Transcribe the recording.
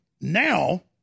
now